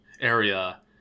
area